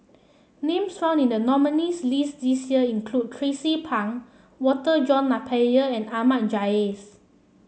names found in the nominees' list this year include Tracie Pang Walter John Napier and Ahmad Jais